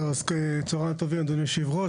צוהריים טובים אדוני היושב-ראש,